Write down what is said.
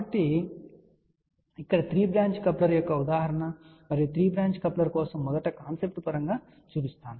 కాబట్టి ఇక్కడ 3 branch coupler యొక్క ఉదాహరణ మరియు ఈ 3 బ్రాంచ్ కప్లర్ కోసం మొదట కాన్సెప్ట్ పరంగా చూపిస్తాను